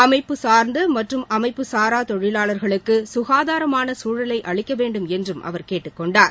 அமைப்பு சார்ந்த மற்றும் அமைப்பு சாரா தொழிலாளர்களுக்கு சுகாதாரமான சூழலை அளிக்கவேண்டும் என்றும் அவர் கேட்டுக்கொண்டார்